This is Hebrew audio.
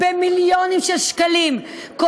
במיליונים של שקלים,